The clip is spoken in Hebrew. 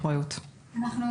שלום.